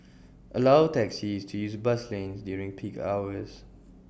allow taxis to use bus lanes during peak hours